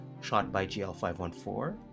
shotbygl514